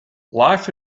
life